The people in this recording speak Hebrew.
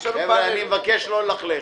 חבר'ה, אני מבקש לא ללכלך.